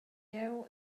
jeu